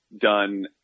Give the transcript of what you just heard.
done